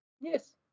Yes